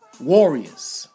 Warriors